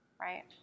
right